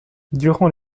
durant